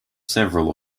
several